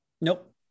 nope